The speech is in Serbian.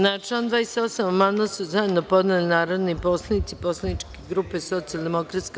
Na član 28. amandman su zajedno podneli narodni poslanici poslaničke grupe SDPS.